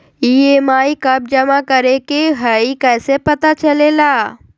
EMI कव जमा करेके हई कैसे पता चलेला?